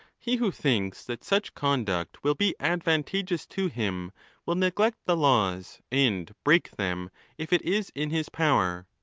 he who thinks that such conduct will be advantageous to him will neglect the laws, and break them if it is in his power.